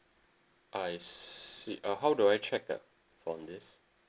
I s~ see uh how do I check that from this